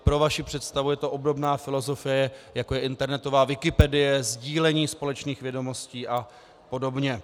Pro vaši představu, je to obdobná filozofie, jako je internetová Wikipedie, sdílení společných vědomostí apod.